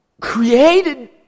created